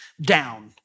down